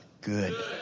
good